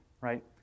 right